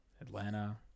Atlanta